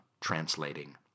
translating